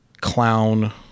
clown